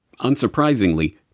Unsurprisingly